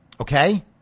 Okay